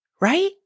right